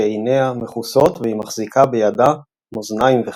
שעיניה מכוסות והיא מחזיקה בידה מאזניים וחרב.